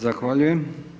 Zahvaljujem.